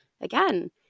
again